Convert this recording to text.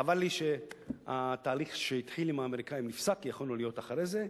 חבל לי שהתהליך שהתחיל עם האמריקנים נפסק כי יכולנו להיות אחרי זה.